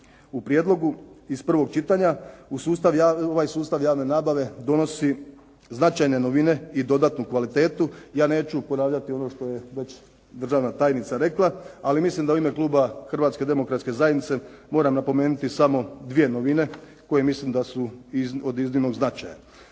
u prijedlogu iz prvog čitanja, u ovaj sustav javne nabave donosi značajne novine i dodatnu kvalitetu. Ja neću ponavljati ono što je već državna tajnica rekla, ali mislim da u ime kluba Hrvatske demokratske zajednice moram napomenuti samo dvije novine koje mislim da su od iznimnog značaja.